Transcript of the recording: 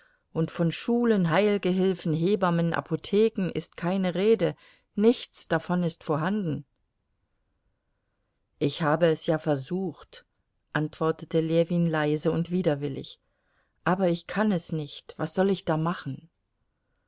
und von schulen heilgehilfen hebammen apotheken ist keine rede nichts davon ist vorhanden ich habe es ja versucht antwortete ljewin leise und widerwillig aber ich kann es nicht was soll ich da machen